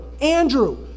Andrew